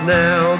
now